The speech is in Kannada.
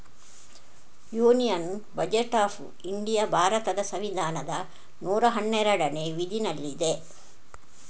ಯೂನಿಯನ್ ಬಜೆಟ್ ಆಫ್ ಇಂಡಿಯಾ ಭಾರತದ ಸಂವಿಧಾನದ ನೂರಾ ಹನ್ನೆರಡನೇ ವಿಧಿನಲ್ಲಿದೆ